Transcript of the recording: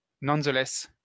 nonetheless